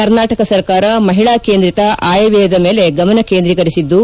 ಕರ್ನಾಟಕ ಸರ್ಕಾರ ಮಹಿಳಾ ಕೇಂದ್ರಿತ ಆಯವ್ಯಯದ ಮೇಲೆ ಗಮನ ಕೇಂದ್ರೀಕರಿಸಿದ್ದು